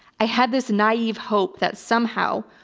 i had this naive hope that, somehow,